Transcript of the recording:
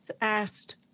asked